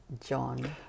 John